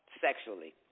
sexually